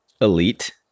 Elite